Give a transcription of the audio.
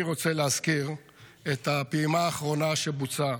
אני רוצה להזכיר את הפעימה האחרונה שבוצעה,